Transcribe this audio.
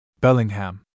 Bellingham